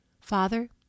Father